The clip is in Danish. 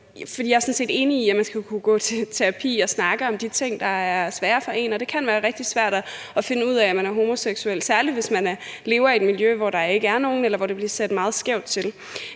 jeg er sådan set enig i, at man skal kunne gå til terapi og snakke om de ting, der er svære for en, og det kan være rigtig svært at finde ud af, om man er homoseksuel, særlig hvis man lever i et miljø, hvor der ikke er nogen, eller hvor det bliver set meget skævt til.